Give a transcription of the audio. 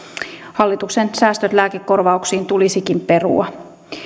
hallituksen säästöt lääkekorvauksiin tulisikin perua